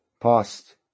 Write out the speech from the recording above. past